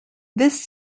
this